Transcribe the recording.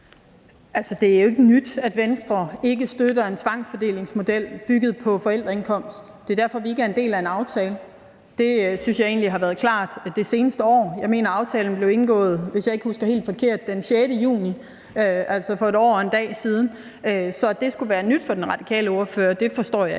Det er jo ikke nyt, at Venstre ikke støtter en tvangsfordelingsmodel bygget på forældreindkomst. Det er derfor, vi ikke er en del af en aftale. Det synes jeg egentlig har været klart det seneste år. Jeg mener, at aftalen blev indgået, hvis jeg ikke husker helt forkert, den 6. juni, altså for 1 år og 1 dag siden, så at det skulle være nyt for den radikale ordfører, forstår jeg ikke.